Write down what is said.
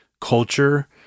culture